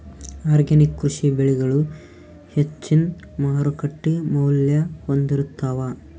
organic ಕೃಷಿ ಬೆಳಿಗಳು ಹೆಚ್ಚಿನ್ ಮಾರುಕಟ್ಟಿ ಮೌಲ್ಯ ಹೊಂದಿರುತ್ತಾವ